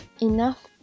enough